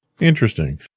Interesting